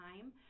time